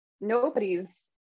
nobody's